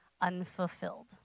Unfulfilled